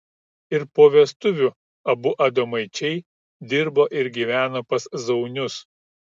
ir po vestuvių abu adomaičiai dirbo ir gyveno pas zaunius